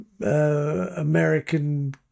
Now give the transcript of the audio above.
American